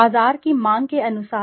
बाजार की मांग के अनुसार